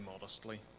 modestly